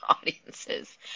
audiences